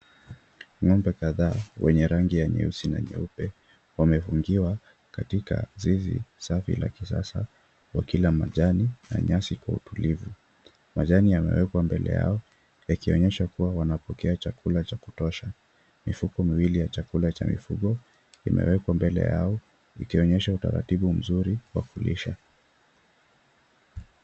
Ng'ombe kadhaa wenye rangi ya nyeusi na nyeupe wamefungiwa katika zizi safi la kisasa wakila majani na nyasi kwa utulivu. Majani yamewekwa mbele yao yakionyesha kuwa wanapokea chakula cha kutosha. Mifuko miwili ya chakula cha mifugo imewekwa mbele yao, ikionyesha utaratibu mzuri wa kulisha.